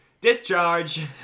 Discharge